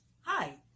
Hi